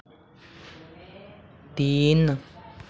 तीन